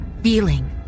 Feeling